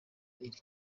iri